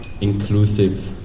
inclusive